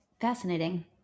Fascinating